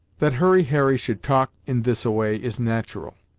that hurry harry should talk in this-a-way, is nat'ral,